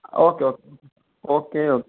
okay okay okay O